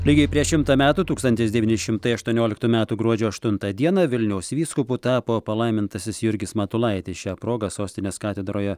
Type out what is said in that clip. lygiai prieš šimtą metų tūkstantis devyni šimtai aštuonioliktų metų gruodžio aštuntą dieną vilniaus vyskupu tapo palaimintasis jurgis matulaitis šia proga sostinės katedroje